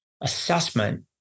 assessment